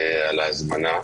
על ההזמנה,